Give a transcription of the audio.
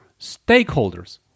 stakeholders